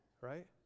right